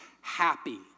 happy